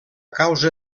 causa